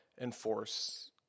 enforce